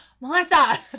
Melissa